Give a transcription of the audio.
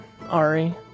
Ari